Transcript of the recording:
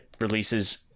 releases